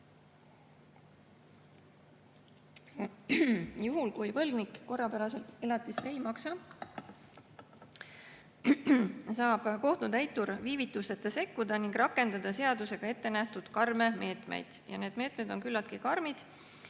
Juhul kui võlgnik korrapäraselt elatist ei maksa, saab kohtutäitur viivitusteta sekkuda ning rakendada seadusega ettenähtud karme meetmeid. Ja need meetmed on küllaltki karmid.